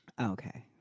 okay